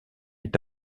est